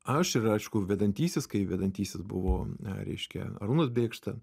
aš ir aišku vedantysis kai vedantysis buvo na reiškia arūnas bėkšta